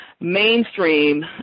mainstream